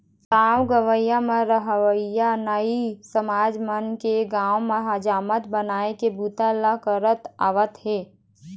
गाँव गंवई म रहवइया नाई समाज मन के गाँव म हजामत बनाए के बूता ल करत आवत हे